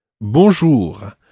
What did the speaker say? Bonjour